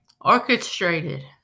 orchestrated